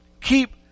Keep